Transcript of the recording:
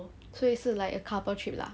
所以是 like a couple trip lah